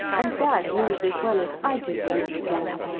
and dad knows as well as i do when it began.